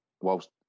whilst